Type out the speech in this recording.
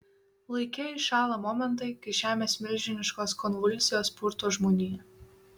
laike įšąla momentai kai žemės milžiniškos konvulsijos purto žmoniją